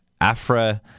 Afra